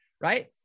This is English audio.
right